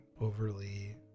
overly